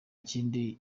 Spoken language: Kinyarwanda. kindi